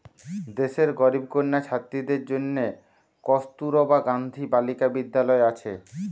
দেশের গরিব কন্যা ছাত্রীদের জন্যে কস্তুরবা গান্ধী বালিকা বিদ্যালয় আছে